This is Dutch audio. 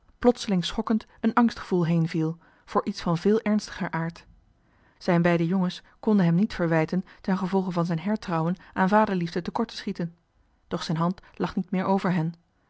plotseling schokkend een angstgevoel heenviel voor iets van veel ernstiger aard zijne beide jongens konden hem niet verwijten tengevolge van zijn hertrouwen aan vaderliefde te kort te schieten doch zijn hand lag niet meer over hen